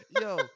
Yo